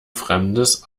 fremdes